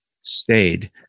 stayed